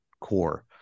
core